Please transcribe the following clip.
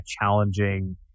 challenging